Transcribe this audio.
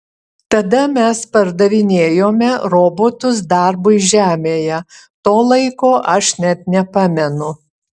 tada mes pardavinėjome robotus darbui žemėje to laiko aš net nepamenu